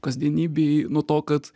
kasdienybėj nuo to kad